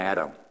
Adam